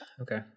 Okay